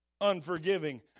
Unforgiving